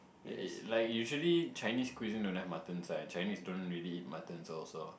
like eh like usually Chinese cuisine don't have muttons ah and Chinese don't really eat muttons also